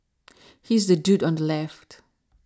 he's the dude on the left